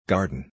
Garden